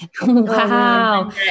Wow